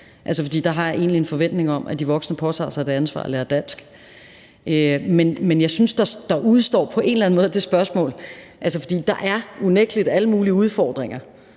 Der har jeg egentlig en forventning om, at de voksne påtager sig det ansvar at lære dansk. Men jeg synes, at der på en eller anden måde udestår et spørgsmål. Der er unægtelig alle mulige udfordringer,